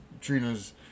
Trina's